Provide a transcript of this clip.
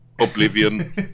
oblivion